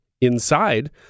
inside